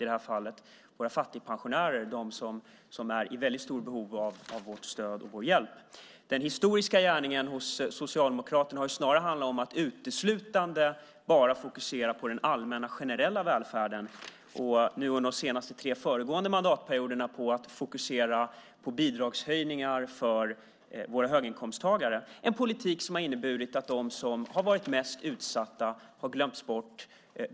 I det här fallet rör det sig om fattigpensionärer som är i väldigt stort behov av vårt stöd och vår hjälp. Den historiska gärningen hos Socialdemokraterna har snarast varit att uteslutande fokusera på den allmänna generella välfärden. Under de tre senaste föregående mandatperioderna har man fokuserat på bidragshöjningar för våra höginkomsttagare. Det är en politik som har inneburit att de som har varit mest utsatta har glömts bort.